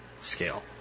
scale